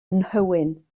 nhywyn